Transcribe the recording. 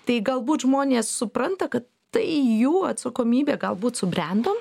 tai galbūt žmonės supranta kad tai jų atsakomybė galbūt subrendom